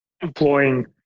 employing